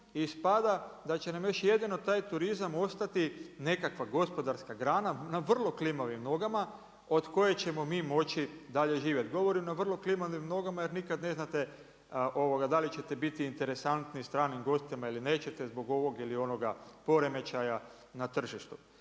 i ispada da će nam još jedino taj turizam ostati nekakva gospodarska grana na vrlo klimavim nogama od koje ćemo mi moći dalje živjeti. Govorim o vrlo klimavim nogama jer nikada ne znate da li ćete biti interesantni stranim gostima ili nećete zbog ovog ili onoga poremećaja na tržištu.